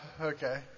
Okay